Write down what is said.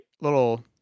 little